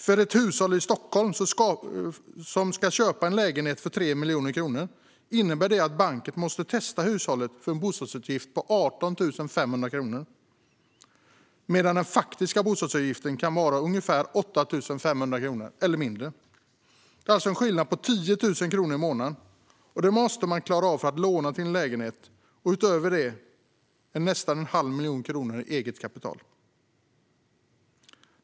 För ett hushåll i Stockholm som ska köpa en lägenhet för 3 miljoner kronor innebär det att banken måste testa hushållet för en bostadsutgift på 18 500 kronor, medan den faktiska bostadsutgiften kan vara ungefär 8 500 kronor eller mindre. Det är alltså en skillnad på 10 000 kronor i månaden, och det måste man klara för att få låna till en lägenhet. Utöver det måste man ha nästan en halv miljon kronor i eget kapital.